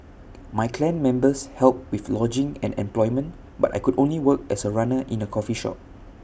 my clan members helped with lodging and employment but I could work only as A runner in A coffee shop